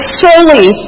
solely